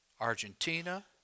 Argentina